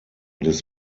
des